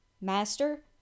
Master